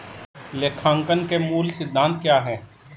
लेखांकन के मूल सिद्धांत क्या हैं?